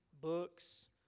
books